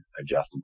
adjustable